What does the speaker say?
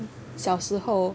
小时候